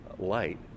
Light